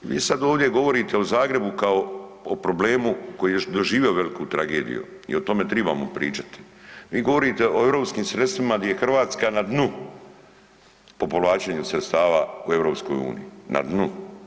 Vi sad ovdje govorite o Zagrebu kao o problemu koji je doživio veliku tragediju i o tome tribamo pričati, vi govorite o europskim sredstvima gdje je Hrvatska na dnu po povlačenju sredstava u EU, na dnu.